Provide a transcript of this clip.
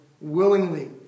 Willingly